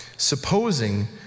supposing